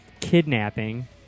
kidnapping